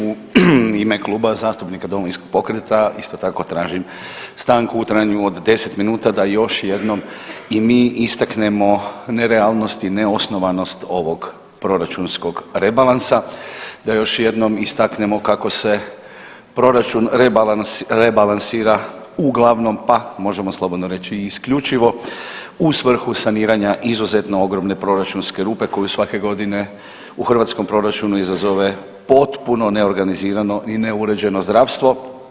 U ime Kluba zastupnika Domovinskog pokreta isto tako tražim stanku u trajanju od 10 minuta da još jednom i mi istaknemo nerealnost i neosnovanost ovog proračunskog rebalansa, da još jednom istaknemo kako se proračun rebalansira uglavnom pa možemo slobodno reći i isključivo u svrhu saniranja izuzetno ogromne proračunske rupe koju svake godine u hrvatskom proračunu izazove potpuno neorganizirano i neuređeno zdravstvo.